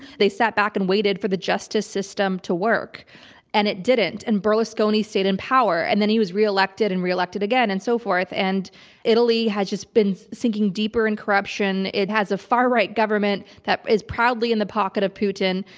they sat back and waited for the justice system to work and it didn't. and berlusconi stayed in power and then he was reelected and reelected again and so forth. and italy has just been sinking deeper in corruption. it has a far-right government that is proudly in the pocket of putin.